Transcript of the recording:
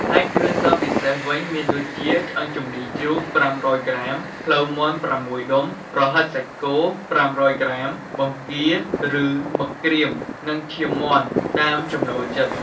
ហើយគ្រឿងផ្សំពិសេសវិញ មានដូចជា ឆ្អឹងជំនីជ្រូក ៥០០ក្រាម ភ្លៅមាន់៦ដុំ ប្រហិតសាច់គោ៥០០ក្រាម បង្គាឬ មឹកក្រៀម និងឈាមមាន់តាមចំណូលចិត្ត។